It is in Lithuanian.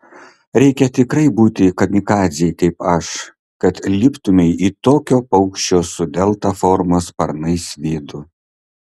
reikia tikrai būti kamikadzei kaip aš kad liptumei į tokio paukščio su delta formos sparnais vidų